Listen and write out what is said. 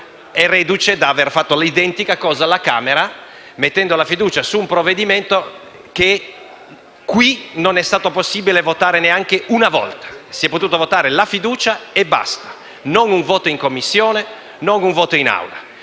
è reduce dall'aver fatto l'identica cosa alla Camera dei deputati, ponendo la fiducia su un provvedimento che non è stato possibile votare in Senato neanche una volta. Si è potuto votare la fiducia e basta: non un voto in Commissione, non un voto in